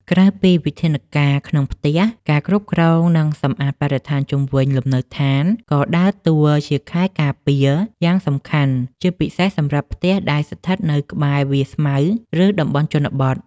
ក្រៅពីវិធានការក្នុងផ្ទះ ការគ្រប់គ្រង និងសម្អាតបរិស្ថានជុំវិញលំនៅដ្ឋាន ក៏ដើរតួជាខែលការពារយ៉ាងសំខាន់ ជាពិសេសសម្រាប់ផ្ទះដែលស្ថិតនៅក្បែរវាលស្មៅ ឬតំបន់ជនបទ។